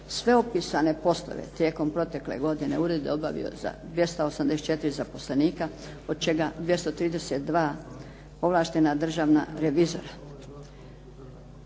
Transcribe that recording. Sve opisane poslove tijekom protekle godine ured je obavio za 284 zaposlenika od čega 232 ovlaštena državna revizora.